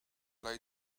play